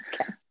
Okay